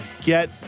get